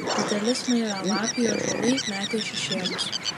dideli smailialapiai ąžuolai metė šešėlius